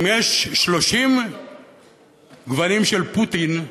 אם יש 30 גוונים של פוטין,